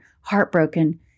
heartbroken